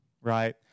right